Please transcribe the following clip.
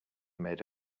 made